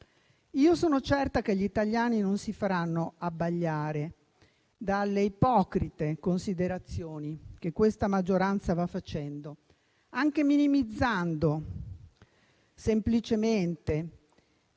Io sono certa che gli italiani non si faranno abbagliare dalle ipocrite considerazioni che questa maggioranza va facendo, anche minimizzando semplicemente